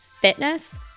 Fitness